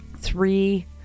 three